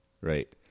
right